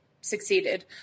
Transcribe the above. succeeded